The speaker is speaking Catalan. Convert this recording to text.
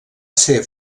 ser